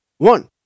One